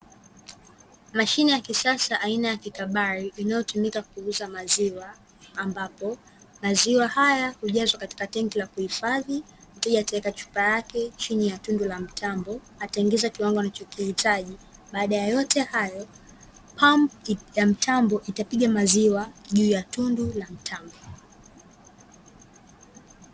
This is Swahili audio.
Mashine ya kisasa aina ya kikabari inayotumika kuuza maziwa ambapo, maziwa haya hujazwa katika tenki la kuhifadhi, mteja huweka chupa yake chini ya tundu la mtambo ataingiza kiwango anacho kihitaji, baada ya yote hayo pampu ya mtambo itapiga maziwa juu ya tundu la mtambo